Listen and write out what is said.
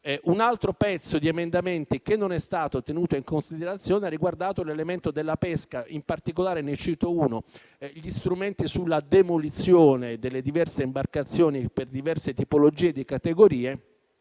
Un altro pezzo di emendamenti che non è stato tenuto in considerazione riguardava l'elemento della pesca, in particolare gli strumenti sulla demolizione delle diverse imbarcazioni per diverse tipologie di categorie.